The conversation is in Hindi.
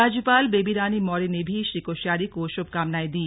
राज्यपाल बेबी रानी मौर्य ने भी श्री कोश्यारी को शुभकामनाएं दी